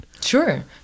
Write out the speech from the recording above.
Sure